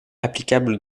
applicables